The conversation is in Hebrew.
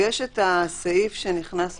ויש הסעיף שנכנס בחוק,